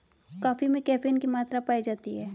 coffee में caffeine की मात्रा पाई जाती है